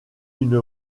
une